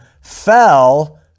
fell